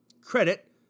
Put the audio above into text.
Credit